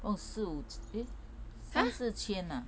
不四五 eh 三四千 ah